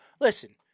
listen